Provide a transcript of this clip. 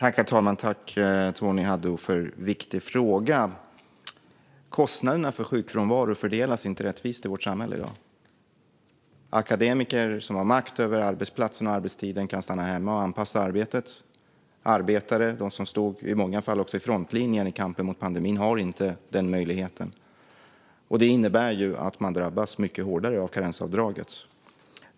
Herr talman! Jag tackar Tony Haddou för en viktig fråga. Kostnaderna för sjukfrånvaro fördelas inte rättvist i vårt samhälle i dag. Akademiker som har makt över arbetsplatsen och arbetstiden kan stanna hemma och anpassa arbetet. Arbetare, de som i många fall stod i frontlinjen i kampen mot pandemin, har inte denna möjlighet. Det innebär att de drabbas mycket hårdare av karensavdraget.